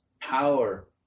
power